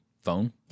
phone